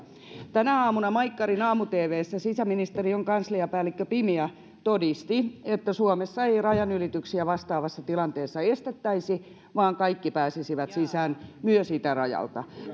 tänä aamuna maikkarin aamu tvssä sisäministeriön kansliapäällikkö pimiä todisti että suomessa ei rajanylityksiä vastaavassa tilanteessa estettäisi vaan kaikki pääsisivät sisään myös itärajalta